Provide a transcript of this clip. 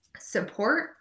support